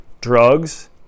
drugs